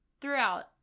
throughout